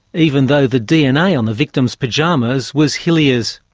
even though the dna on the victim's pyjamas was hillier's.